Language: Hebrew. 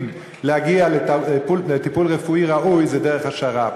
להגיע לטיפול רפואי ראוי זה דרך השר"פ.